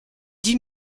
dix